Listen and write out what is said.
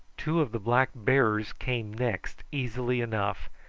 two of the black bearers came next easily enough,